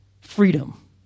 freedom